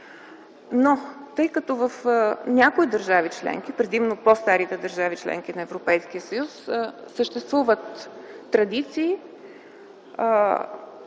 Тъй като в някои държави членки, предимно по-старите държави – членки на Европейския съюз, съществуват